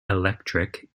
electric